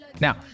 Now